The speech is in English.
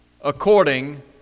according